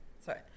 sorry